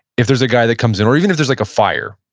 if there's a guy that comes in, or even if there's like a fire,